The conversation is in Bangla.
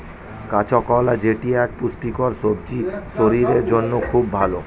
কাঁচা কলা যেটি এক পুষ্টিকর সবজি শরীরের জন্য খুব ভালো